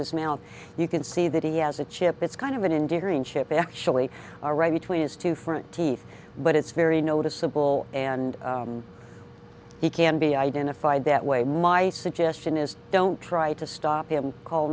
mouth you can see that he has a chip it's kind of an enduring chip actually right between his two front teeth but it's very noticeable and he can be identified that way my suggestion is don't try to stop him call